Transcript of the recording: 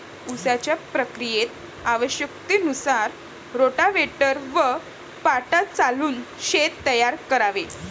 उसाच्या प्रक्रियेत आवश्यकतेनुसार रोटाव्हेटर व पाटा चालवून शेत तयार करावे